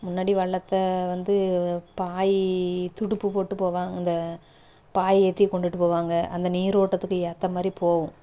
முன்னாடி வல்லத்தை வந்து பாய் துடுப்பு போட்டு போவாங்க பாயை ஏற்றி கொண்டுட்டு போவாங்க அந்த நீரோட்டத்துக்கு ஏற்ற மாதிரி போகும்